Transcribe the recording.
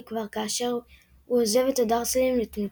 כבר כאשר הוא עוזב את הדרסלים לצמיתות.